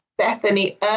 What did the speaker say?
Bethany